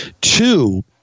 Two